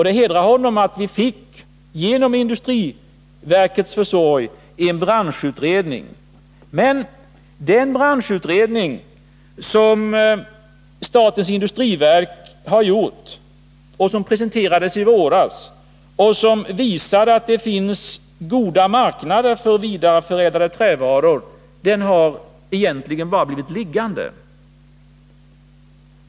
Det hedrar honom att vi genom industriverkets försorg fått en branschutredning. Statens industriverk presenterade denna utredning i våras, och den visade att det finns goda marknader för vidareförädlade trävaror. Den utredningen har egentligen bara blivit liggande.